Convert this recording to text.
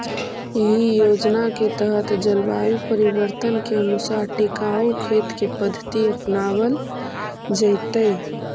इ योजना के तहत जलवायु परिवर्तन के अनुसार टिकाऊ खेत के पद्धति अपनावल जैतई